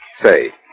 Say